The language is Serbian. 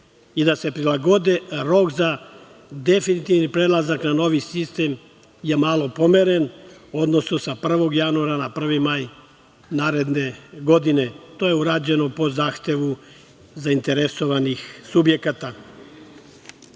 i da se prilagodi rok za definitivni prelazak na novi sistem je malo pomeren, odnosno sa 1. januara na 1. maj naredne godine. To je urađeno po zahtevu zainteresovanih subjekata. Ovo